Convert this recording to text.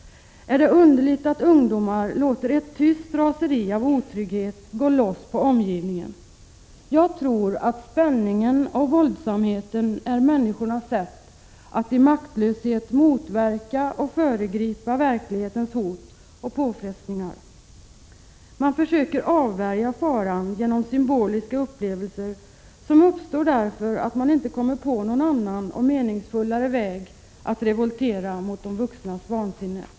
Är det underligt att ungdomar låter ett tyst raseri av otrygghet gå ut över omgivningen? Jag tror att spänningen och våldsamheten är människornas sätt att i maktlöshet motverka och föregripa verklighetens hot och påfrestningar. Man försöker avvärja faran genom symboliska upplevelser, som uppstår av att man inte kommer på något annat och meningsfullare sätt att revoltera mot de vuxnas vansinne.